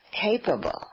capable